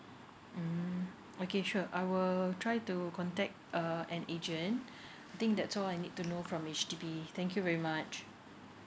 mm okay sure I will try to contact uh an agent I think that's all I need to know from H_D_B thank you very much